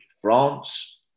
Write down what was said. France